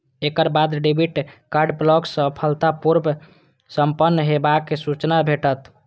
एकर बाद debit card block सफलतापूर्व संपन्न हेबाक सूचना भेटत